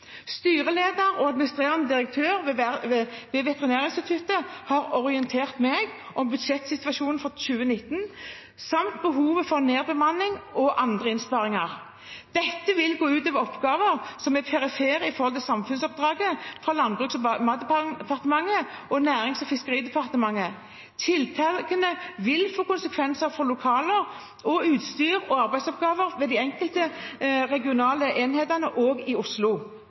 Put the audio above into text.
Styreleder og administrerende direktør ved Veterinærinstituttet har orientert meg om budsjettsituasjonen for 2019 samt om behovet for nedbemanning og andre innsparinger. Dette vil gå ut over oppgaver som er perifere med hensyn til samfunnsoppdraget fra Landbruks- og matdepartementet og Nærings- og fiskeridepartementet. Tiltakene vil få konsekvenser for lokaler, utstyr og arbeidsoppgaver ved de enkelte regionale enhetene, også i Oslo.